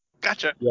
gotcha